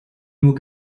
nur